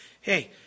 Hey